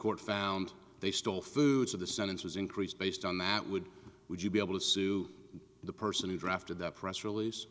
court found they still foods of the sentence was increased based on that would would you be able to sue the person who drafted the press release